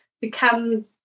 become